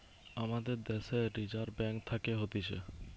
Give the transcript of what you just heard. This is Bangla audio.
আমাদের দ্যাশের রিজার্ভ ব্যাঙ্ক থাকে হতিছে